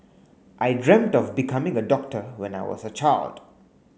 I dreamt of becoming a doctor when I was a child